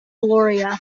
gloria